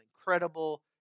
incredible